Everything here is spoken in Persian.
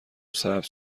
سبز